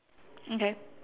okay